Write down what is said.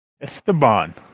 Esteban